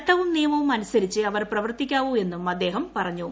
ചട്ടവും നിയമവും അനുസരിച്ചേ അവർ പ്രവർത്തിക്കാവൂ എന്നും അദ്ദേഹം പറഞ്ഞു